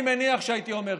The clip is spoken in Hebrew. אני מניח שהייתי אומר כן.